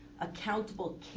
Accountable